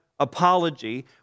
apology